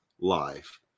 life